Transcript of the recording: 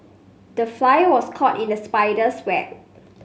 the fly was caught in the spider's web